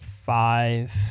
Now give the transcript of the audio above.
five